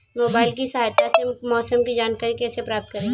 Mobile की सहायता से मौसम की जानकारी कैसे प्राप्त करें?